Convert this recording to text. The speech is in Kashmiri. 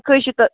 اکٲے چھِ تہٕ